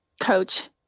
coach